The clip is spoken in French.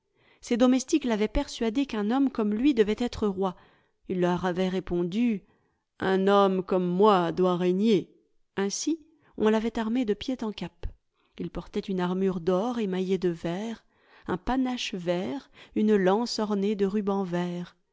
ses domestiques l'avaient persuadé qu'un homme comme lui devait être roi il leur avait répondu un homme comme moi doit régner ainsi on l'avait armé de pied en cap il portait une armure d'or émaillée de vert un panache vert une lance ornée de rubans verts